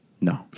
No